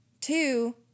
Two